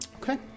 Okay